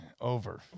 over